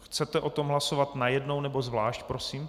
Chcete o tom hlasovat najednou, nebo zvlášť prosím?